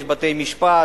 יש בתי-משפט,